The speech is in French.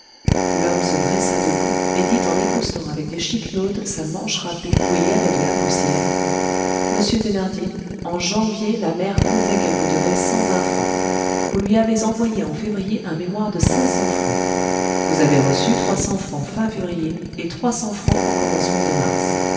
l'homme se dressa debout et dit en époussetant avec des chiquenaudes sa manche râpée où il y avait de la poussière monsieur thénardier en janvier la mère comptait qu'elle vous devait cent vingt francs vous lui avez envoyé en février un mémoire de cinq cents francs vous avez reçu trois cents francs fin février et trois cents francs au commencement de mars